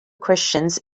christians